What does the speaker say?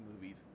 movies